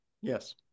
Yes